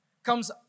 comes